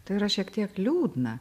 tai yra šiek tiek liūdna